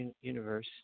universe